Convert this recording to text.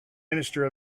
minister